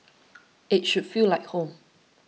it should feel like home